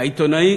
העיתונאי